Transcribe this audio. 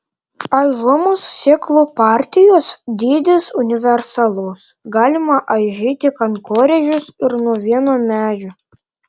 aižomos sėklų partijos dydis universalus galima aižyti kankorėžius ir nuo vieno medžio